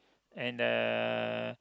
and uh